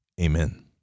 Amen